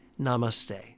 Namaste